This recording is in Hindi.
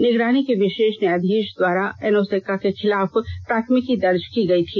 निगरानी के विषेष न्यायाधीष द्वारा एनोस एक्का के खिलाफ प्राथमिकी दर्ज की गई थी